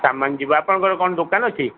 ସାମାନ ଯିବ ଆପଣଙ୍କର କ'ଣ ଦୋକାନ ଅଛି